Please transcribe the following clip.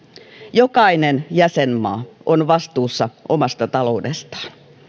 jokainen jäsenmaa on vastuussa omasta taloudestaan